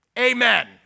Amen